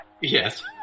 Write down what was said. Yes